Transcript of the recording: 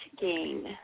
gain